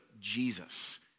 Jesus